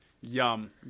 Yum